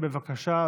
בבקשה,